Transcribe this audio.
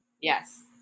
Yes